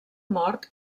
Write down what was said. mort